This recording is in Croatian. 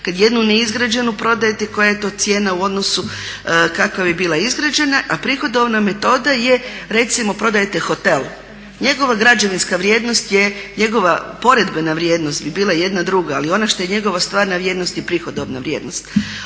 Kada jednu neizgrađenu prodajte koja je to cijena u odnosu kakva je bila izgrađena. A prihodovna metoda je recimo prodajete hotel, njegova građevinska vrijednost je, njegova poredbena vrijednost bi bila jedna druga ali ono što je njegova stvarna vrijednost je prihodovna vrijednost.